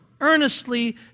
earnestly